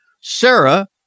Sarah